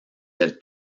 del